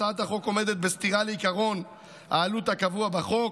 הצעת החוק עומדת בסתירה לעקרון העלות הקבוע בחוק,